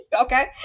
Okay